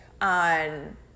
on